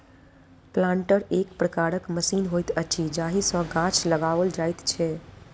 planter एक प्रकारक machine होइत अछि जाहि सॅ गाछ लगाओल जाइत छै